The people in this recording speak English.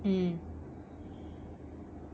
mm